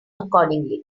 accordingly